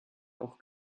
auch